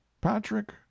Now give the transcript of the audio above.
patrick